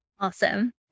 Awesome